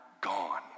gone